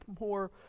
more